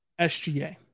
SGA